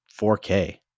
4K